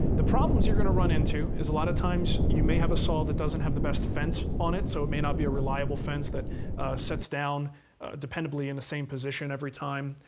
the problems you're going to run into is, a lot of times, you may have a saw that doesn't have the best fence on it, so it may not be a reliable fence that sets down dependably in the same position every time,